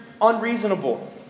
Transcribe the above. unreasonable